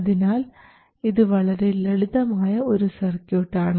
അതിനാൽ ഇത് വളരെ ലളിതമായ ഒരു സർക്യൂട്ടാണ്